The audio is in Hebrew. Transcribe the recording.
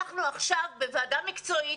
אנחנו עכשיו בוועדה מקצועית,